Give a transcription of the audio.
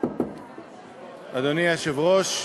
אדוני היושב-ראש,